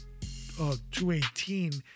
218